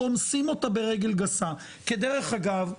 כדרך אגב,